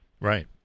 Right